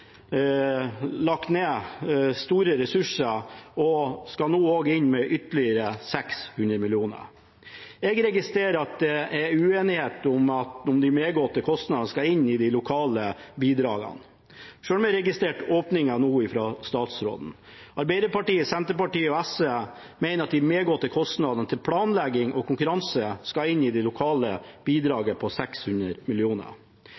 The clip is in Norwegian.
lagt ned store ressurser, og skal nå også inn med ytterligere 600 mill. kr. Jeg registrerer at det er uenighet om de medgåtte kostnadene skal inn i de lokale bidragene, selv om jeg registrerte en åpning nå fra statsråden. Arbeiderpartiet, Senterpartiet og SV mener at de medgåtte kostnadene til planlegging og konkurranse skal inn i det lokale